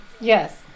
yes